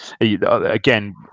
Again